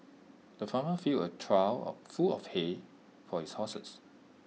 the farmer filled A trough full of hay for his horses